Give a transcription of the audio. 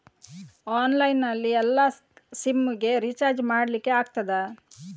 Online ನಲ್ಲಿ ಎಲ್ಲಾ sim ಗೆ ರಿಚಾರ್ಜ್ ಮಾಡಲಿಕ್ಕೆ ಆಗ್ತದಾ?